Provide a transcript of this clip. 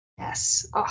Yes